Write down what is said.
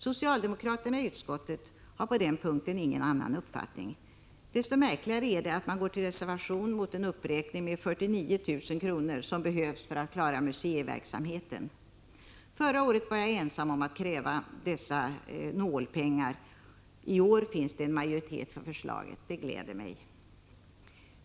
Socialdemokraterna i utskottet har på den punkten ingen annan uppfattning. Desto märkligare är det att man anför reservation mot den Prot. 1985/86:128 uppräkning av stödet med 49 000 kr. som behövs för att klara museiverksam — 25 april 1986 heten. Förra året var jag ensam om att kräva dessa nålpengar. I år finns det majoritet för förslaget. Det gläder mig.